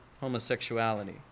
homosexuality